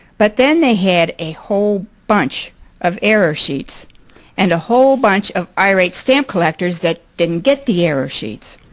but then they had a whole bunch of error sheets and a whole bunch of irate stamp collectors that didn't get the error sheets.